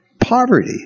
Poverty